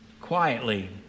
quietly